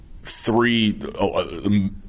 three